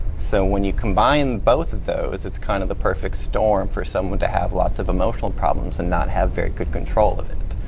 so, when you combine both of those it's kind of a perfect storm for someone to have lots of emotional problems and not have very good control of it.